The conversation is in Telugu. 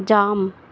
జామ్